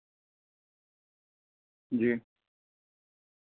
جی